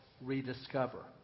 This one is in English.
rediscover